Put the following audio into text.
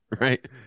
Right